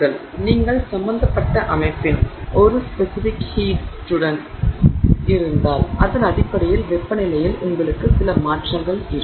எனவே நீங்கள் சம்பந்தப்பட்ட அமைப்பின் ஒரு ஸ்பெசிபிக் ஹீட் இருந்தால் அதன் அடிப்படையில் வெப்பநிலையில் உங்களுக்கு சில மாற்றங்கள் இருக்கும்